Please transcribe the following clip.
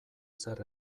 zer